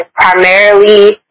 primarily